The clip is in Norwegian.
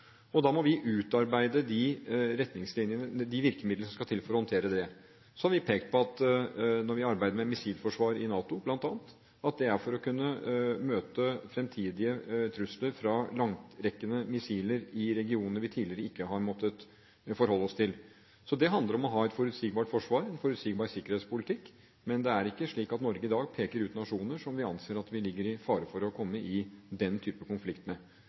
og da må vi utarbeide de virkemidlene som skal til for å håndtere det. Så har vi pekt på at når vi arbeider med missilforsvar i NATO, bl.a., er det for å kunne møte fremtidige trusler fra langtrekkende missiler i regioner vi tidligere ikke har måttet forholde oss til. Det handler om å ha et forutsigbart forsvar, en forutsigbar sikkerhetspolitikk. Men det er ikke slik at Norge i dag peker ut nasjoner som vi anser at det er i fare for å komme i den type konflikt med.